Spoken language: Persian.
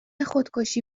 خودکشی